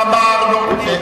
הוא צודק?